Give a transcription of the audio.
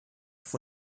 auf